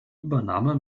übernahme